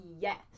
Yes